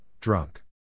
drunk